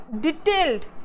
detailed